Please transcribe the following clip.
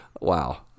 wow